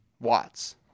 Watts